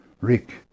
Rick